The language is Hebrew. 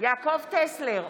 יעקב טסלר,